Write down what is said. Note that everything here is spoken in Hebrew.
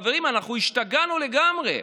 חברים, אנחנו השתגענו לגמרי.